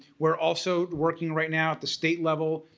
we're also working right now at the state level.